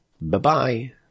Bye-bye